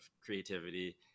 creativity